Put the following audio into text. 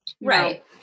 Right